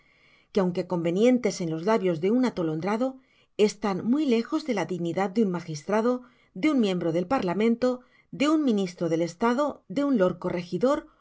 que convenientes en los labios de un atolondrado están muy lejos de la dignidad de un magistrado de un miembro del parlamento de un miuistro de estado de un